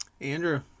Andrew